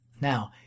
Now